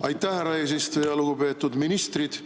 Aitäh, härra eesistuja! Lugupeetud ministrid!